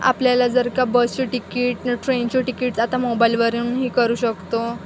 आपल्याला जर का बसची तिकीट ट्रेनची टिकीट आता मोबाईलवरूनही करू शकतो